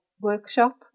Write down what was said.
workshop